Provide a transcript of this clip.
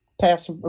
pass